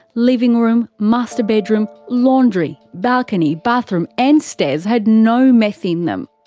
living room, master bedroom, laundry, balcony, bathroom and stairs had no meth in them.